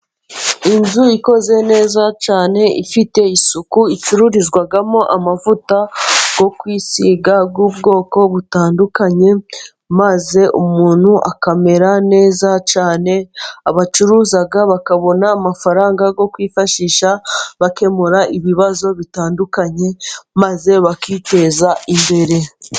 Inzu ikoze neza cyane, ifite isuku icururizwamo amavuta yo kwisiga, bw'ubwoko butandukanye, maze umuntu akamera neza cyane, abacuruza bakabona amafaranga yo kwifashisha bakemura ibibazo bitandukanye, maze bakiteza imbere.